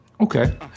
Okay